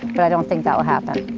but i don't think that will happen.